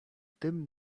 tym